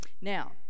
Now